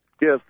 Yes